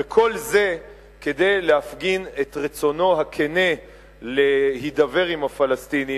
וכל זה כדי להפגין את רצונו הכן להידבר עם הפלסטינים,